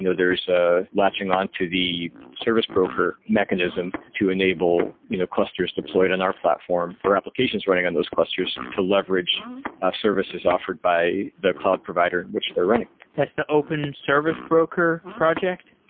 you know there is ah latching on to the service broker mechanism mechanism to enable you know clusters deployed on our platform or applications running on those clusters to leverage services offered by the cloud provider which they're running. that's the open service broker project?